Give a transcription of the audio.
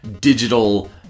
digital